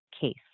case